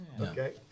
okay